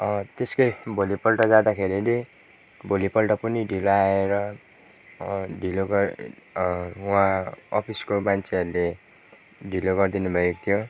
त्यसकै भोलिपल्ट जाँदाखेरि नि भोलिपल्ट पनि ढिलो आएर ढिलो गए उहाँ अफिसको मान्छेहरूले ढिलो गरिदिनु भएको थियो